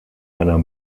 einer